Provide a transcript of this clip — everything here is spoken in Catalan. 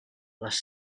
les